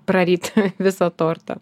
praryt visą tortą